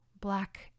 black